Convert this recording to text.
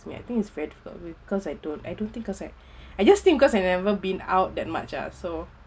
me I think is very difficult because I don't I don't think cause I just think because I've never been out that much ah so